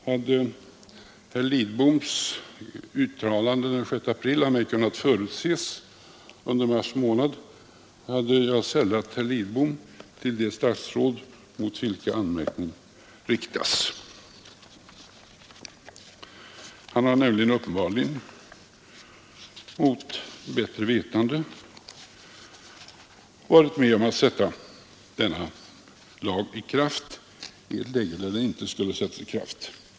Hade herr Lidboms uttalande av den 6 april av mig kunnat förutses under mars månad, hade jag sällat herr Lidbom till de statsråd, mot vilka anmärkning riktats. Han har nämligen uppenbarligen mot bättre vetande varit med om att sätta denna lag i kraft i ett läge då den inte skulle ha satts i kraft.